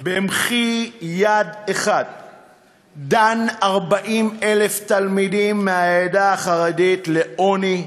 במחי יד אחת דן 40,000 תלמידים מהעדה החרדית לעוני,